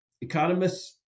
economists